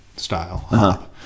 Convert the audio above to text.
Style